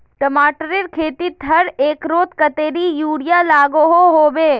टमाटरेर खेतीत हर एकड़ोत कतेरी यूरिया लागोहो होबे?